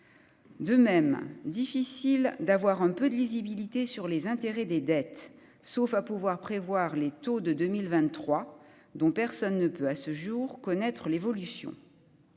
de même difficile d'avoir un peu de lisibilité sur les intérêts des dettes, sauf à pouvoir prévoir les taux de 2023 dont personne ne peut, à ce jour, connaître l'évolution